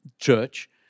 church